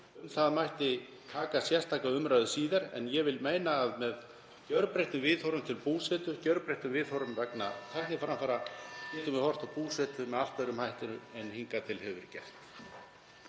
það mætti taka sérstaka umræðu síðar en ég vil meina að með gjörbreyttum viðhorfum til búsetu, gjörbreyttum viðhorfum vegna tækniframfara, (Forseti hringir.) getum við horft á búsetu með allt öðrum hætti en hingað til hefur verið